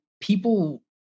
people